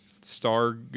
star